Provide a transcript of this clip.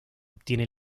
obtiene